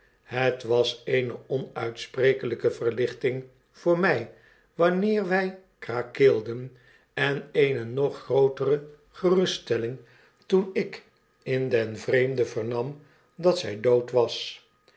het was eene onuitsprekelyke verlichting voor mij wanneer wij krakeelden en eene nog grootere geruststelling toen ik in den vreemde vernam dat zy dood was